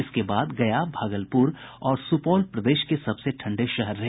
इसके बाद गया भागलपुर और सुपौल प्रदेश के सबसे ठंडे शहर रहे